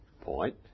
point